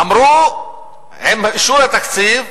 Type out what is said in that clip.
אמרו עם אישור התקציב,